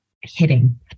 hitting